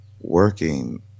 working